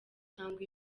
cyangwa